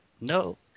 No